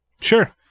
Sure